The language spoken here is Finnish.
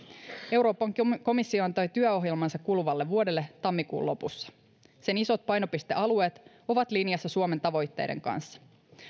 euroopan komissio antoi työohjelmansa kuluvalle vuodelle tammikuun lopussa sen isot painopistealueet ovat linjassa suomen tavoitteiden kanssa